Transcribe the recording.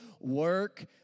work